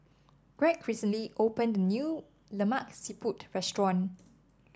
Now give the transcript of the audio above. Gregg recently opened a new Lemak Siput restaurant